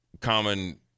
common